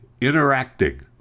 interacting